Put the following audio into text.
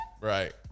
right